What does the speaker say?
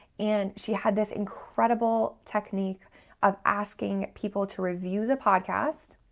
and she had this incredible technique of asking people to review the podcast,